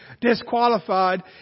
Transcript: disqualified